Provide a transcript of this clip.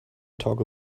talk